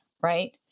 right